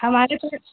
हमारे पास